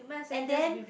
and then